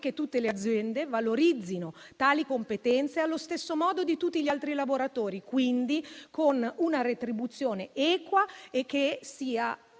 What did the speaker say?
che tutte le aziende valorizzino tali competenze allo stesso modo di quelle di tutti gli altri lavoratori, quindi con una retribuzione equa e davvero